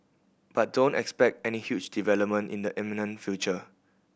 but don't expect any huge development in the imminent future